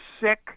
sick